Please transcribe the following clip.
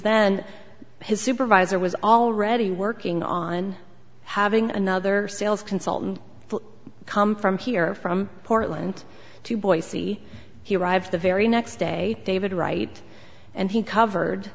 then his supervisor was already working on having another sales consultant come from here from portland to boise he arrived the very next day david wright and he covered